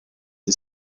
die